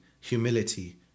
humility